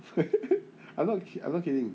I'm not I'm not kidding